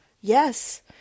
Yes